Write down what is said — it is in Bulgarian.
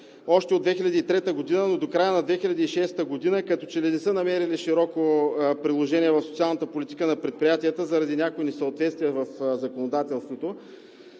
още от 2003 г., но до края на 2006 г. като че ли не са намерили широко приложение в социалната политика на предприятията заради някои несъответствия в законодателството.